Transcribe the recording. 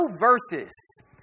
verses